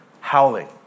howling